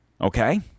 okay